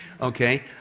Okay